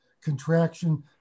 contraction